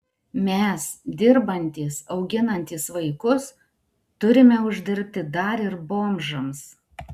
mes dirbantys auginantys vaikus turime uždirbti dar ir bomžams